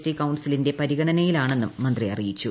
T കൌൺസിലിന്റെ പരിഗണനയിലാണെന്നും മന്ത്രി അറിയിച്ചു